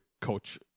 coach